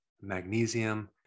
magnesium